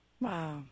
Wow